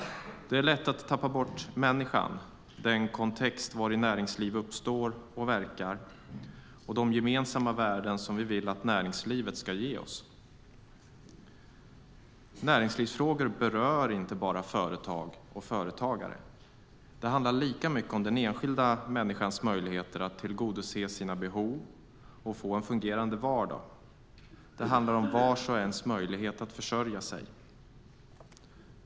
Det är lätt att tappa bort människan, den kontext vari näringsliv uppstår och verkar och de gemensamma värden som vi vill att näringslivet ska ge oss. Näringslivsfrågor berör inte bara företag och företagare. Det handlar lika mycket om den enskilda människans möjligheter att tillgodose sina behov och få en fungerande vardag. Det handlar om vars och ens möjlighet att försörja sig.